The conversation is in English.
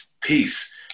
peace